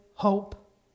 hope